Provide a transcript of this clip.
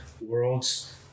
worlds